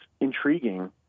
intriguing